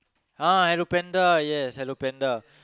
ah Hello-Panda yes Hello-Panda